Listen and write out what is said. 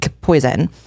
poison